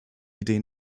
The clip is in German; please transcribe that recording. idee